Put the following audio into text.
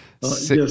yes